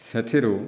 ସେଥିରୁ